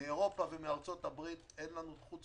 מאירופה ומארצות הברית אין לנו, חוץ